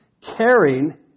caring